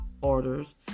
orders